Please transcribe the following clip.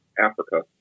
Africa